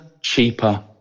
cheaper